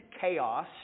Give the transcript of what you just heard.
chaos